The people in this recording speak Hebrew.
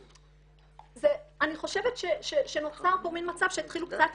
אני חושבת שנוצר פה מן מצב שהתחילו קצת